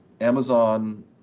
Amazon